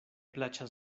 plaĉas